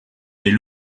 des